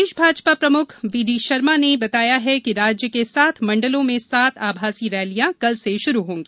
प्रदेश भाजपा प्रमुख वीडी शर्मा ने बताया कि राज्य के सात मंडलों में सात आभासी रैलियां कल से शुरू होंगी